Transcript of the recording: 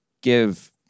give